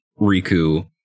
riku